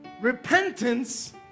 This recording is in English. repentance